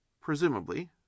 Presumably